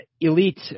elite